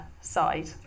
side